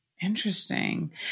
Interesting